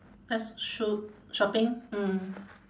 let's choo~ shopping mm